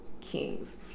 kings